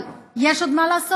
אבל יש עוד מה לעשות,